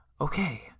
okay